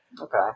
Okay